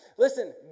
Listen